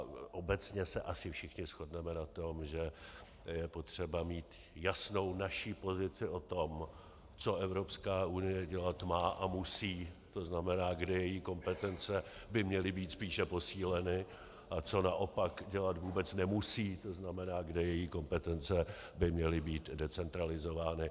Obecně se asi všichni shodneme na tom, že je potřeba mít jasnou naši pozici o tom, co EU dělat má a musí, to znamená, kde její kompetence by měly být spíše posíleny, a co naopak dělat vůbec nemusí, to znamená, kde její kompetence by měly být decentralizovány.